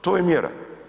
To je mjera.